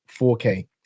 4K